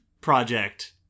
project